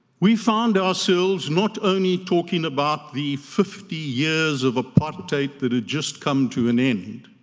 we found ourselves not only talking about the fifty years of apartheid that had just come to an end,